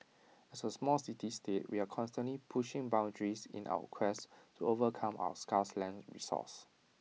as A small city state we are constantly pushing boundaries in our quest to overcome our scarce land resource